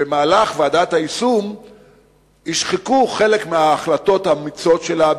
שבמהלך דיוני ועדת היישום יישחקו חלק מההחלטות האמיצות שלה,